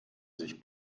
sich